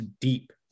deep